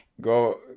go